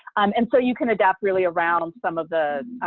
and so you can adapt really around and some of the